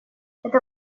это